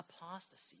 apostasy